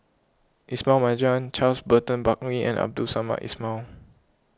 Ismail Marjan Charles Burton Buckley and Abdul Samad Ismail